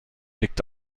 liegt